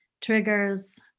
triggers